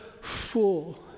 full